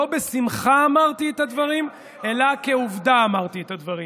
לא בשמחה אמרתי את הדברים אלא כעובדה אמרתי את הדברים,